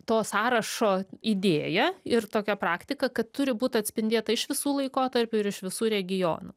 to sąrašo idėją ir tokią praktiką kad turi būt atspindėta iš visų laikotarpių ir iš visų regionų